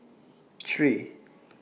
three